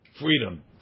freedom